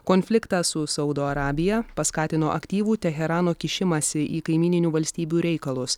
konfliktą su saudo arabija paskatino aktyvų teherano kišimąsi į kaimyninių valstybių reikalus